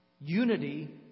Unity